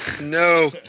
no